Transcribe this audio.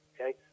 Okay